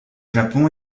japon